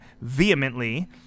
vehemently